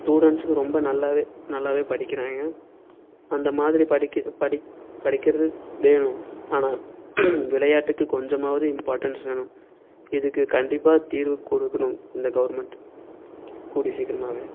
ஸ்டுடண்ஸுக்கு ரொம்ப நல்லா நல்லாவே படிக்கிறாங்க அந்தமாதிரி படிக்க படிக் படிக்கிறது வேணும் ஆனால் விளையாட்டுக்கு கொஞ்சமாவது இம்பார்ட்டன்ஸ் வேணும் இதுக்கு கண்டிப்பாக தீர்வு கொடுக்கணும் இந்த கவுர்மெண்ட் கூடிய சீக்கிரமாவே